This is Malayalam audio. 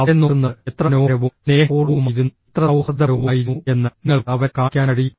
അവരെ നോക്കുന്നത് എത്ര മനോഹരവും സ്നേഹപൂർണവുമായിരുന്നു എത്ര സൌഹാർദ്ദപരവുമായിരുന്നു എന്ന് നിങ്ങൾക്ക് അവരെ കാണിക്കാൻ കഴിയും